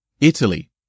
Italy